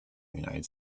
united